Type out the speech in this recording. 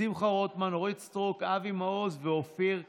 שמחה רוטמן, אורית סטרוק, אבי מעוז ואופיר כץ.